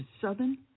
Southern